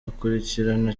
akurikirana